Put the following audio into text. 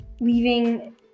Leaving